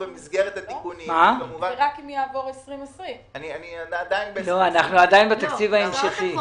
זה רק אם יעבור תקציב 2020. אנחנו עדיין בתקציב ההמשכי.